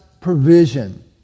Provision